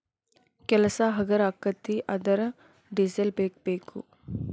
ಕೆಲಸಾ ಹಗರ ಅಕ್ಕತಿ ಆದರ ಡಿಸೆಲ್ ಬೇಕ ಬೇಕು